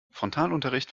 frontalunterricht